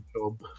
job